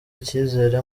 icyizere